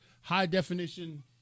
high-definition